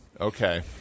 Okay